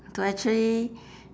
to actually